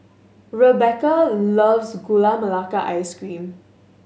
Rebekah loves Gula Melaka Ice Cream